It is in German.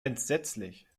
entsetzlich